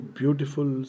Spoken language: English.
beautiful